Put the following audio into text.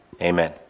Amen